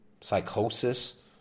psychosis